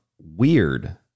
weird